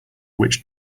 which